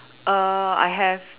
err I have